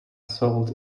sold